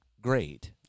great